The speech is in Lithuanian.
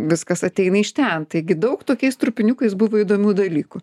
viskas ateina iš ten taigi daug tokiais trupiniukais buvo įdomių dalykų